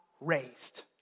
raised